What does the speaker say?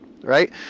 right